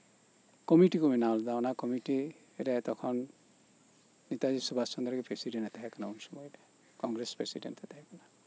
committee ᱠᱚ ᱵᱮᱱᱟᱣ ᱞᱮᱫᱟ ᱚᱱᱟ ᱠᱚᱢᱤᱴᱤ ᱨᱮ ᱛᱚᱠᱷᱚᱱ ᱠᱚᱢᱤᱴᱤᱨᱮ ᱱᱮᱛᱟᱡᱤ ᱥᱩᱵᱷᱟᱥ ᱪᱚᱱᱫᱽᱨᱚ ᱜᱮ ᱯᱨᱮᱥᱤᱰᱮᱱᱴ ᱮ ᱛᱟᱦᱮᱸ ᱠᱟᱱᱟ ᱩᱱ ᱥᱚᱢᱚᱭᱨᱮ ᱠᱚᱝᱜᱮᱨᱮᱥ ᱯᱨᱮᱥᱤᱰᱮᱱᱴ ᱮ ᱛᱟᱦᱮᱸ ᱠᱟᱱᱟ